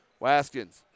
Waskins